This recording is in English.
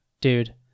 Dude